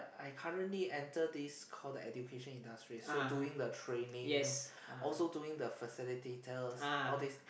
I currently enter this call the education industry so doing the training also doing the facilitator all this